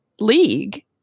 league